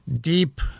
deep